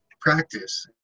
practice